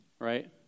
right